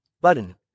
button